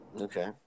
Okay